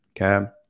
Okay